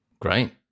great